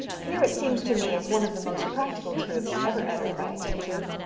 here, it seems to me, is one of the most practical truths ever uttered by a teacher.